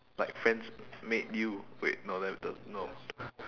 like friends made you wait no that d~ no